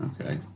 Okay